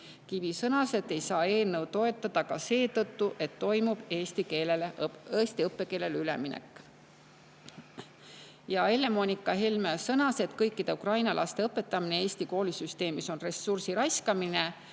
Kivi sõnas, et ei saa eelnõu toetada ka seetõttu, et toimub üleminek eesti õppekeelele. Helle-Moonika Helme sõnas, et kõikide Ukraina laste õpetamine Eesti koolisüsteemis on ressursi raiskamine